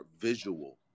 visual